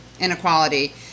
inequality